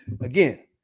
again